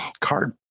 card